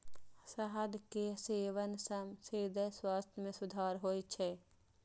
शहद के सेवन सं हृदय स्वास्थ्य मे सुधार होइ छै